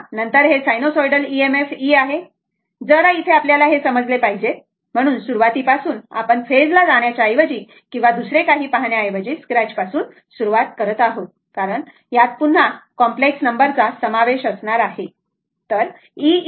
तर नंतर हे साइनोसॉइडल EMF E आहे जरा इथे आपल्याला हे समजले पाहिजे बरोबर म्हणून सुरुवातीपासून आपण फेज ला जाण्याच्या ऐवजी किंवा दुसरे पाहण्या ऐवजी स्क्रॅच पासून सुरुवात करत आहोत कारण यात पुन्हा कॉम्प्लेक्स नंबर चा समावेश असणार आहे बरोबर